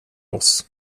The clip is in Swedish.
oss